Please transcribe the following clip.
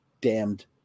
damned